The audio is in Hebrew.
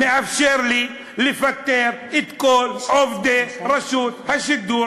מאפשר לי לפטר את כל עובדי רשות השידור